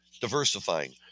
diversifying